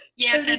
yes,